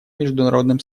международным